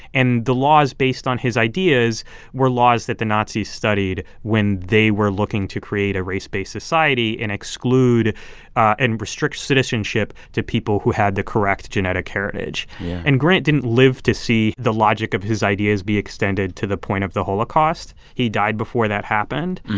and the laws based on his ideas were laws that the nazis studied when they were looking to create a race-based society and exclude and restrict citizenship to people who had the correct genetic heritage yeah and grant didn't live to see the logic of his ideas be extended to the point of the holocaust. he died before that happened.